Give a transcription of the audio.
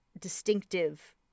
distinctive